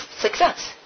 success